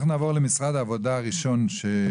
אנחנו נעבור למשרד העבודה שממונה,